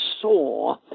saw